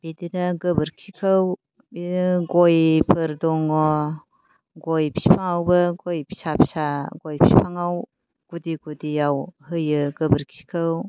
बिदिनो गोबोरखिखौ बिदिनो गयफोर दङ गय बिफांआवबो फिसा फिसा गय बिफांआव गुदि गुदियाव होयो गोबोरखिखौ